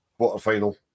quarterfinal